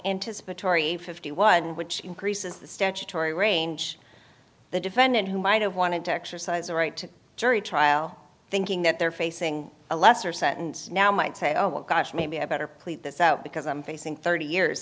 anticipatory fifty one which increases the statutory range the defendant who might have wanted to exercise a right to jury trial thinking that they're facing a lesser sentence now might say oh my gosh maybe i better plead this out because i'm facing thirty years